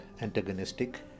antagonistic